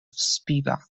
spivak